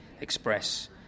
Express